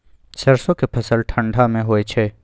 सरसो के फसल ठंडा मे होय छै?